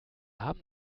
haben